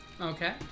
Okay